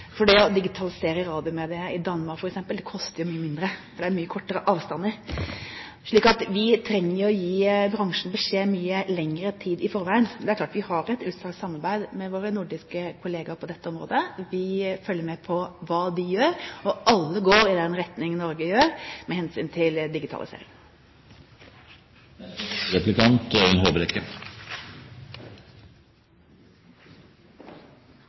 for det å digitalisere radiomedia i Danmark, f.eks., koster jo mye mindre, der er det mye kortere avstander. Så vi trenger jo å gi bransjen beskjed mye lengre tid i forveien. Det er klart at vi har et utstrakt samarbeid med våre nordiske kollegaer på dette området. Vi følger med på hva de gjør, og alle går i den retning Norge gjør med hensyn til digitalisering.